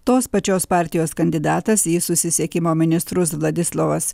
tos pačios partijos kandidatas į susisiekimo ministrus vladislovas